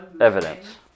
evidence